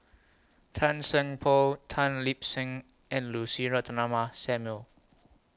Tan Seng Poh Tan Lip Seng and Lucy Ratnammah Samuel